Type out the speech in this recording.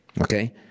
okay